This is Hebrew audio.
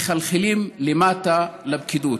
מחלחלים למטה, לפקידות.